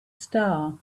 star